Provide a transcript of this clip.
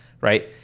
right